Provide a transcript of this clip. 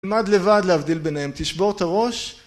למד לבד להבדיל ביניהם, תשבור את הראש